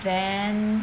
then